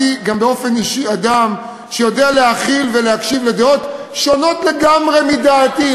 אני גם באופן אישי אדם שיודע להכיל ולהקשיב לדעות שונות לגמרי מדעתי,